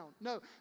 No